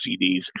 CDs